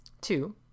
two